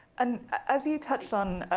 and as you touched on,